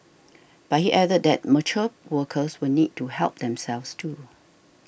but he added that mature workers will need to help themselves too